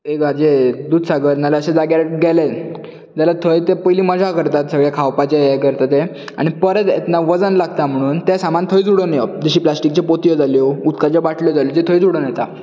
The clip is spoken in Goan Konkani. एक हाचेर दूदसागर नाल्यार अशें जाग्यार गेले जाल्यार थंय ते पयली मजा करतात सगळें खावपाचे हे करता ते आनी परत येतना वजन लागता म्हणून ते सामान थंयच उडोवन येवप जशें की प्लास्टीकच्यो पोतयो जाल्यो उदकाच्यो बाटल्यो जाल्यो थंयच उडोवन येतात